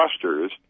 clusters